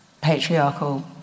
patriarchal